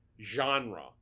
genre